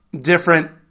different